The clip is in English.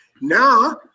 now